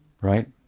right